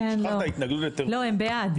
שכחת התנגדות לטרור -- לא הם בעד,